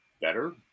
better